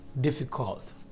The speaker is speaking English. difficult